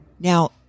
Now